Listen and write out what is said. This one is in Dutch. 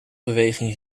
beweging